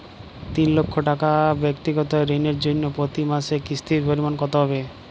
তিন লক্ষ টাকা ব্যাক্তিগত ঋণের জন্য প্রতি মাসে কিস্তির পরিমাণ কত হবে?